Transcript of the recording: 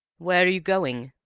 where are you going?